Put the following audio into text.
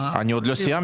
בטח לאור